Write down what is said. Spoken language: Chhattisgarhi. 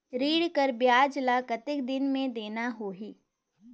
ऋण कर ब्याज ला कतेक दिन मे देना होही?